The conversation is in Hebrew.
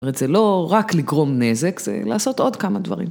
זה לא רק לגרום נזק, זה לעשות עוד כמה דברים.